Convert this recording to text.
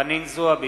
חנין זועבי,